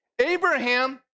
Abraham